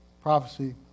Prophecy